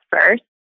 first